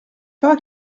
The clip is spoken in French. pas